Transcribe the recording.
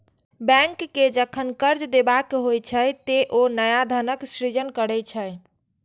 bank कें जखन कर्ज देबाक होइ छै, ते ओ नया धनक सृजन करै छै